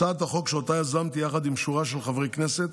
הצעת החוק, שאותה יזמתי יחד עם שורה של חברי כנסת